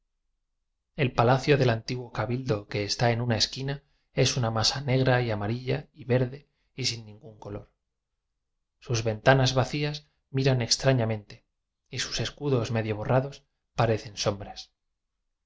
el palacio del antiguo cabildo que está en una esquina es una masa negra y ama rilla y verde y sin ningún color sus venta nas vacías miran extrañamente y sus escu dos medio borrados parecen sombras